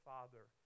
Father